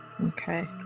okay